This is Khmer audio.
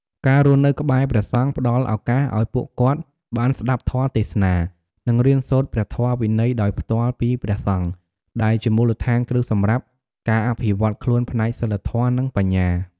ការរស់នៅក្បែរព្រះសង្ឃផ្តល់ឱកាសឱ្យពួកគាត់បានស្តាប់ធម៌ទេសនា និងរៀនសូត្រព្រះធម៌វិន័យដោយផ្ទាល់ពីព្រះសង្ឃ ដែលជាមូលដ្ឋានគ្រឹះសម្រាប់ការអភិវឌ្ឍខ្លួនផ្នែកសីលធម៌ និងបញ្ញា។